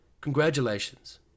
congratulations